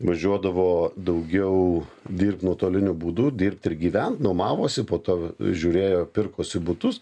važiuodavo daugiau dirbt nuotoliniu būdu dirbt ir gyvent nuomavosi po to žiūrėjo pirkosi butus